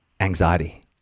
anxiety